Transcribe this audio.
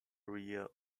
rear